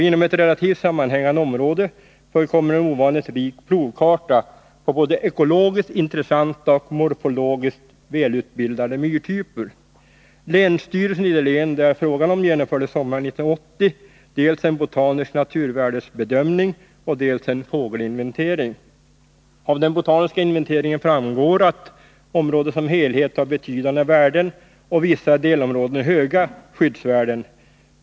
Inom ett relativt sammanhängande område förekommer en ovanligt rik provkarta på både ekologiskt intressanta och morfologiskt välutbildade myrtyper. Länsstyrelsen i det län det är fråga om genomförde sommaren 1980 dels en botanisk naturvärdesbedömning, dels en fågelinventering. Av den botaniska inventeringen framgår att området som helhet har betydande värden och vissa delområden höga skyddsvärden.